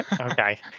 Okay